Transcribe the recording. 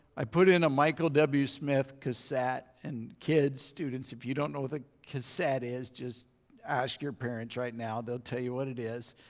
i put in a michael w. smith cassette and kids students if you don't know what the cassette is just ask your parents right now. they'll tell you what it is.